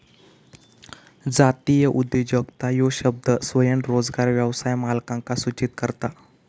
जातीय उद्योजकता ह्यो शब्द स्वयंरोजगार व्यवसाय मालकांका सूचित करता